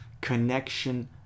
connection